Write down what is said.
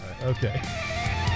Okay